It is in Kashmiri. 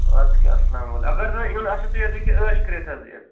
اَدٕ کیٛاہ اَسلامُ علیکُم اگر تۄہہِ یُن آسٮ۪و تُہۍ حظ ہٮ۪کِو عٲش کٔرِتھ حظ یِتھ